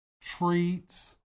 treats